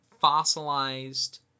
fossilized